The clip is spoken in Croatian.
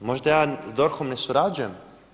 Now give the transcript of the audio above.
Možda ja s DORH-om ne surađujem?